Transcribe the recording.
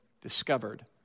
discovered